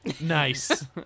Nice